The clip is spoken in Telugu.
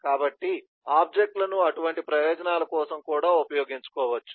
కాబట్టి ఆబ్జెక్ట్ లను అటువంటి ప్రయోజనాల కోసం కూడా ఉపయోగించవచ్చు